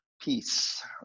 peace